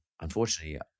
unfortunately